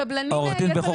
קבלנים יכולים --- עו"ד בכור,